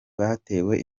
batewe